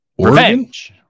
Revenge